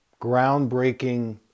groundbreaking